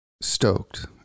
stoked